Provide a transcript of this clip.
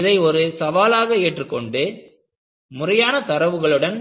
இதை ஒரு சவாலாக ஏற்றுக்கொண்டு முறையான தரவுகளுடன்